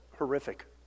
horrific